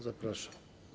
Zapraszam.